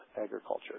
agriculture